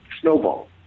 snowball